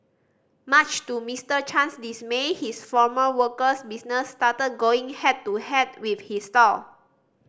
much to Mister Chan's dismay his former worker's business started going head to head with his stall